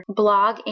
blog